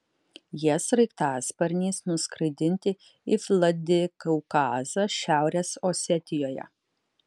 jie sraigtasparniais nuskraidinti į vladikaukazą šiaurės osetijoje